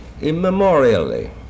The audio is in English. immemorially